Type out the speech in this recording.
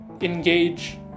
engage